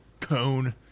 cone